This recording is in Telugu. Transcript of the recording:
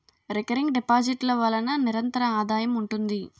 రికరింగ్ డిపాజిట్ ల వలన నిరంతర ఆదాయం ఉంటుంది